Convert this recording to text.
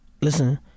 Listen